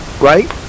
right